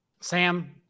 Sam